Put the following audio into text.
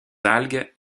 algues